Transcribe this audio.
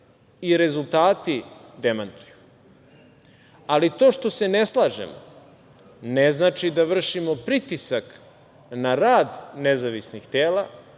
i rezultati demantuju. To što se ne slažemo ne znači da vršimo pritisak na rad nezavisnih tela.